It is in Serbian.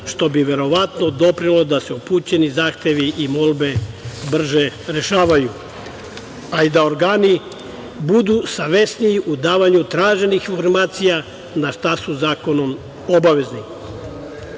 što bi verovatno doprinelo da se upućeni zahtevi i molbe brže rešavaju, a i da organi budu savesniji u davanju traženih informacija, na šta su zakonom obavezni. Na